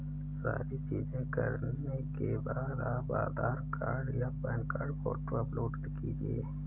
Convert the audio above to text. सारी चीजें करने के बाद आप आधार कार्ड या पैन कार्ड फोटो अपलोड कीजिएगा